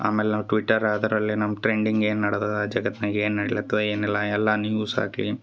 ಆಮೇಲೆ ನಾವು ಟ್ವಿಟರ್ ಅದರಲ್ಲಿ ನಮ್ಮ ಟ್ರೆಂಡಿಂಗ್ ಏನು ನಡೆದದ ಜಗತ್ನಾಗ ಏನು ನಡಿಲತದ ಏನಿಲ್ಲ ಎಲ್ಲ ನ್ಯೂಸ್ ಆಗಲಿ